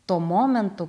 tuo momentu